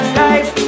life